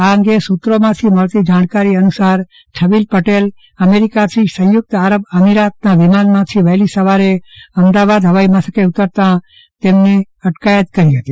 આ અંગે સુત્રો માંથી મળતી જાણકારી અનુસાર છબીલ પટેલ અમેરિકાથી સંયુક્ત આરબ અમીરાતના વિમાનમાંથી વહેલી સવારે અમદાવાદ હવાઈ મથકે ઉતરતા તેઓની અટકાયત કરી હતી